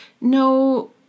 no